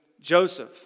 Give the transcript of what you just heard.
Joseph